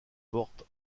porte